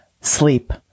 sleep